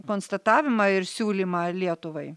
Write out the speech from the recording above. konstatavimą ir siūlymą lietuvai